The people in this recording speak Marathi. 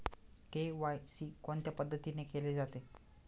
के.वाय.सी कोणत्या पद्धतीने केले जाते?